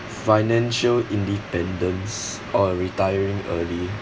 financial independence or retiring early